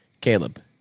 Caleb